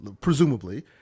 presumably